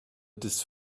this